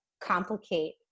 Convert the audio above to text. complicate